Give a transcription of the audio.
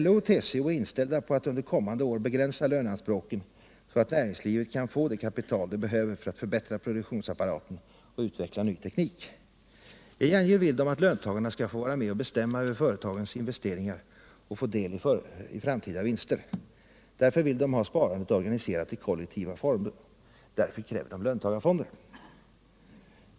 LO och TCO är inställda på att under kommande år begränsa löneanspråken, så att näringslivet kan få det kapital det behöver för att förbättra produktionsapparaten och utveckla ny teknik. I gengäld vill de att löntagarna skall få vara med och bestämma över företagens investeringar och få del i framtida vinster. Därför vill de ha sparandet organiserat i kollektiva former. Därför kräver de löntagarfonder.